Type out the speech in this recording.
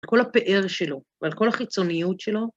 ‫על כל הפאר שלו ועל כל החיצוניות שלו.